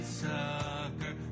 sucker